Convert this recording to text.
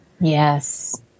Yes